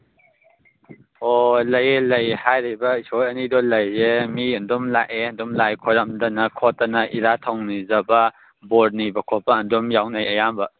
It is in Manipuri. ꯍꯣꯏ ꯍꯣꯏ ꯂꯩꯌꯦ ꯂꯩꯌꯦ ꯍꯥꯏꯔꯤꯕ ꯏꯁꯣꯔ ꯑꯅꯤꯗꯣ ꯂꯩꯌꯦ ꯃꯤ ꯑꯗꯨꯝ ꯂꯥꯛꯑꯦ ꯑꯗꯨꯝ ꯂꯥꯏ ꯈꯣꯏꯔꯝꯗꯅ ꯈꯣꯠꯇꯅ ꯏꯔꯥꯠ ꯊꯧꯅꯤꯖꯕ ꯕꯣꯔ ꯅꯤꯕ ꯈꯣꯠꯄ ꯑꯗꯨꯝ ꯌꯥꯎꯅꯩ ꯑꯌꯥꯝꯕ